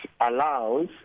allows